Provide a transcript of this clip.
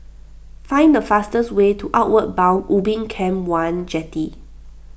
find the fastest way to Outward Bound Ubin Camp one Jetty